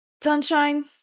sunshine